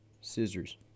Scissors